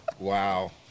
Wow